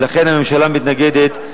ולכן הממשלה מתנגדת,